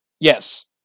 Yes